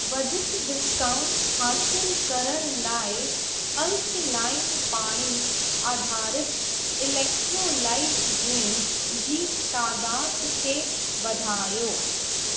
वधीक डिस्काउंट हासिल करण लाइ अल्कलाइन पाणी आधारित इलेक्ट्रोलाइट ड्रिंक जी तादाद खे वधायो